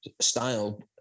style